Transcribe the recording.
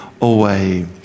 away